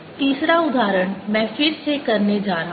तीसरा उदाहरण मैं फिर से करने जा रहा हूं